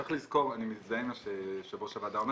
אני מזדהה עם מה שיושב ראש הוועדה אומר,